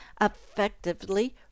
effectively